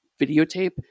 videotape